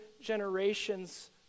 generations